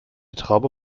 traube